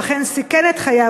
הוא אכן סיכן את חייו,